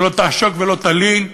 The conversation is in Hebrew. של לא תעשוק ולא תלין.